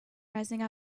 rising